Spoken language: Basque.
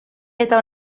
eta